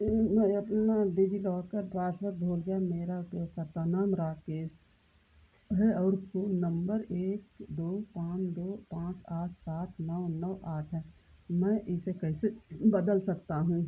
मैं अपना डिजिलॉकर पासवर्ड भूल गया मेरा उपयोगकर्ता नाम राकेश है और फ़ोन नंबर एक दो पाँच दो पाँच आठ सात नौ नौ आठ है मैं इसे कैसे बदल सकता हूँ